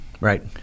Right